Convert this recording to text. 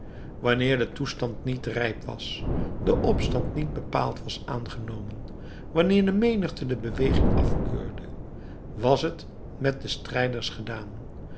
wanneer de toestand niet rijp was de opstand niet bepaald was aangenomen wanneer de menigte de beweging afkeurde was het met de strijders gedaan